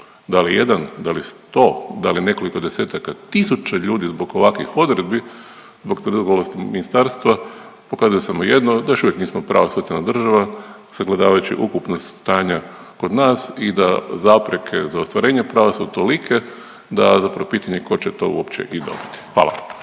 da li jedan, da li sto, da li nekoliko desetaka tisuća ljudi zbog ovakvih odredbi, zbog tvrdoglavosti ministarstva pokazuje samo jedno da još uvijek nismo prava socijalna država sagledavajući ukupnost stanja kod nas i da zapreke za ostvarenje prava su tolike da zapravo pitanje ko će to uopće i dobiti. Hvala.